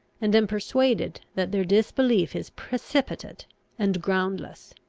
and am persuaded that their disbelief is precipitate and groundless.